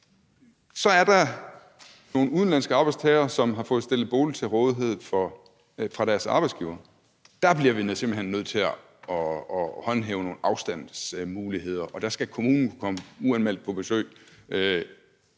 Så er der nogle udenlandske arbejdstagere, som har fået stillet en bolig til rådighed af deres arbejdsgiver. Dér bliver vi simpelt hen nødt til at håndhæve nogle afstandskrav, og der skal kommunen kunne komme uanmeldt på besøg